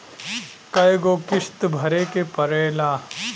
कय गो किस्त भरे के पड़ेला?